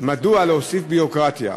מדוע להוסיף ביורוקרטיה?